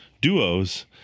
duos